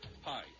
Hi